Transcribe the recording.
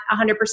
100%